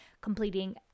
completing